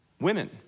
women